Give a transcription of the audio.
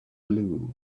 blue